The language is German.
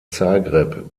zagreb